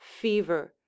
fever